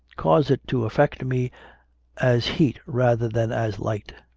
caused it to affect me as heat rather than as light.